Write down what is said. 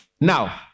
Now